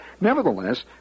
nevertheless